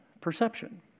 perception